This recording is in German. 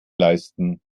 leisten